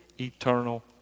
eternal